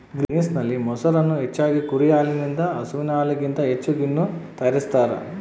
ಗ್ರೀಸ್ನಲ್ಲಿ, ಮೊಸರನ್ನು ಹೆಚ್ಚಾಗಿ ಕುರಿ ಹಾಲಿನಿಂದ ಹಸುವಿನ ಹಾಲಿಗಿಂತ ಹೆಚ್ಚು ಗಿಣ್ಣು ತಯಾರಿಸ್ತಾರ